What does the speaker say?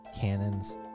cannons